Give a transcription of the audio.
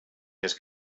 his